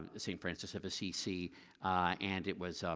um st. francis of assisi and it was.